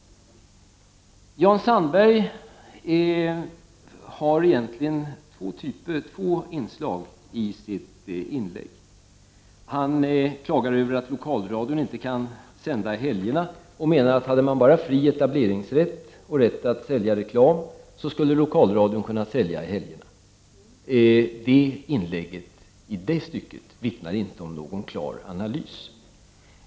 Jan Sandberg har egentligen två typer av inslag i sitt inlägg. Han klagar över att lokalradion inte kan sända under helgerna. Han menar att om man bara hade fri etableringsrätt och rätt att sälja reklam skulle lokalradion kunna sända under helgerna. I det stycket vittnar Jan Sandbergs inlägg inte om någon klar analys.